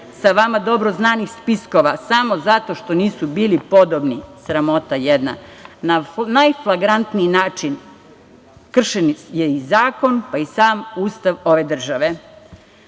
sa vama dobro znanih spiskova samo zato što nisu bili podobni. Sramota jedna. Na najflagrantniji način kršen je zakon, a i sam Ustav ove države. Sve